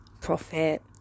prophet